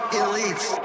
elites